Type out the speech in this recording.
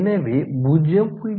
எனவே 0